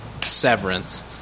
Severance